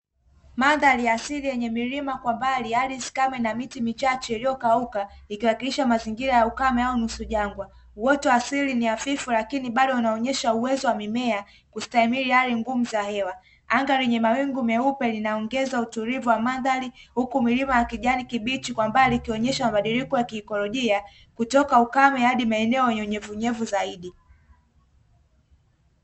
Mandhari ya asili yenye milima kwa mbali, ardhi kame ina miti michache iliyo kauka ikiwakilisha mazingira ya ukame au nusu jangwa. Uoto wa asili ni hafifu lakini bado unaonyesha uwezo wa mimea kustahimili hali ngumu za hewa, anga lenye mawingu myeupe linaongeza utulivu wa mandhari huku milima ya kijani, kibichi kwa mbali ikionyesha mabadiliko ya kiikolojia kutoka ukame hadi maeneo yenye unyevunyevu zaidi.